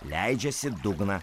leidžiasi dugną